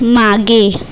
मागे